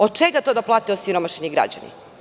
Od čega to da plate osiromašeni građani.